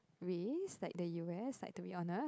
ways like the u_s like to be honest